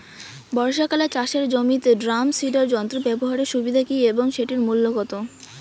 বর্ষাকালে চাষের জমিতে ড্রাম সিডার যন্ত্র ব্যবহারের সুবিধা কী এবং সেটির মূল্য কত?